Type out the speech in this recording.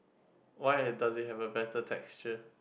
why does it have a better texture